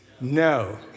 No